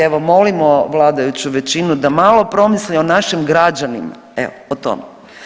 Evo molimo vladajuću većinu da malo promisli o našim građanima evo o tom.